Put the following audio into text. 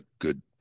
good